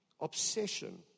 Obsession